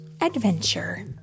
adventure